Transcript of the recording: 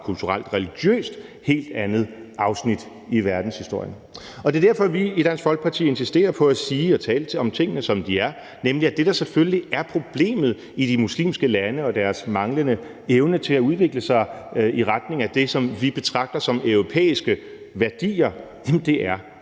kulturelt religiøst helt andet afsnit i verdenshistorien. Det er derfor, vi i Dansk Folkeparti insisterer på at tale om tingene, som de er, og sige, at det, der selvfølgelig er problemet i de muslimske lande, er islam og deres manglende evne til at udvikle sig i retning af det, som vi betragter som europæiske værdier. Hvis